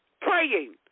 praying